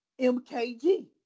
MKG